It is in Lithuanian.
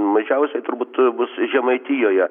mažiausiai turbūt bus žemaitijoje